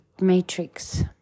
matrix